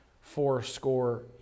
fourscore